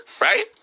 Right